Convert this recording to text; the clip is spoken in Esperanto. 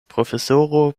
profesoro